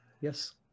Yes